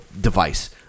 device